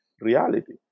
reality